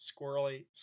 squirrely